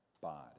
body